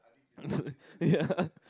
ya